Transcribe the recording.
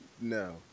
No